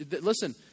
listen